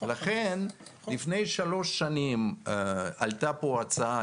לכן לפני שלוש שנים עלתה פה הצעה,